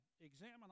examine